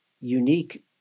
unique